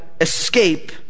escape